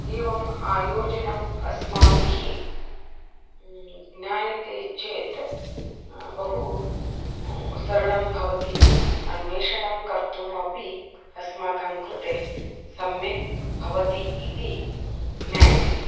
एवम् आयोजनम् अस्माभिः ज्ञायते चेत् बहु सरलं भवति अन्वेषणं कर्तुम् अपि अस्माकं कृते सम्यक् भवति इति ज्ञायते